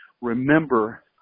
remember